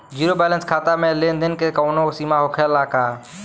Zero balance खाता में लेन देन के कवनो सीमा होखे ला का?